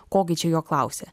ko gi čia jo klausia